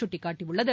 சுட்டிக்காட்டியுள்ளது